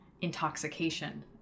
intoxication